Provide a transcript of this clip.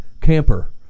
camper